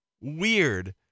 weird